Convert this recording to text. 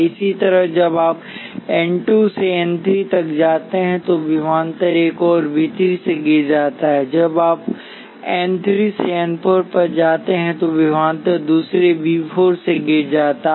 इसी तरह जब आप n 2 से n 3 तक जाते हैं तोविभवांतर एक और V 3 से गिर जाता है और जब आप n 3 से n 4 पर जाते हैं तोविभवांतर दूसरे V 4 से गिर जाता है